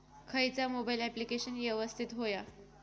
खयचा mobile application यवस्तित होया?